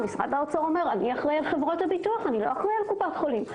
משרד האוצר אומר: אני אחראי על חברות הביטוח לא על קופת חולים.